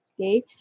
okay